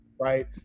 right